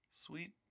Sweet